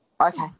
Okay